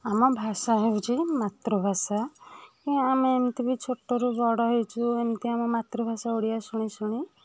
ଆମ ଭାଷା ହେଉଛି ମାତୃଭାଷା ଆମେ ଏମିତି ବି ଛୋଟରୁ ବଡ଼ ହେଇଛୁ ଏମିତି ଆମ ମାତୃଭାଷା ଓଡ଼ିଆ ଶୁଣି ଶୁଣି